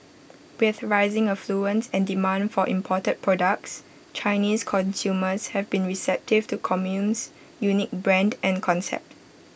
with rising affluence and demand for imported products Chinese consumers have been receptive to Commune's unique brand and concept